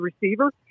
receiver